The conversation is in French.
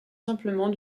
simplement